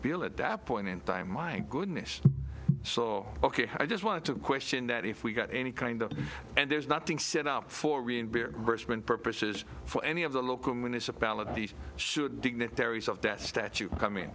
bill at that point in time my goodness so ok i just want to question that if we got any kind of and there's nothing set up for reimbursement purposes for any of the local municipalities dignitaries of that statue coming